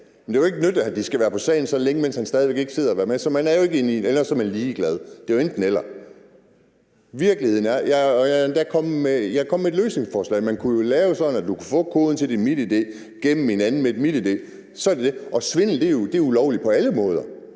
sagen. Det kan jo ikke nytte, at de skal være på sagen så længe, mens han stadig væk sidder og ikke kan være med. Så man er jo ikke inde i det, eller også er man ligeglad. Det er jo enten-eller. Jeg er kommet med et løsningsforslag. Man kunne jo lave det sådan, at du kunne få koden til dit MitID gennem en anden med et MitID, og så er det det. Svindel er ulovligt på alle måder,